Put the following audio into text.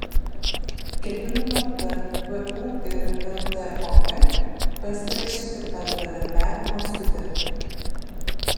ketinama tarp vu ir ltok pasirašyti bendradarbiavimo sutartį